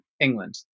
England